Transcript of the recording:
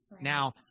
Now